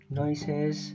noises